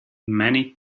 many